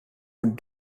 would